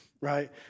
right